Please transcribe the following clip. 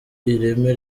ireme